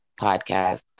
podcast